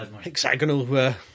Hexagonal